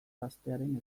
gaztearen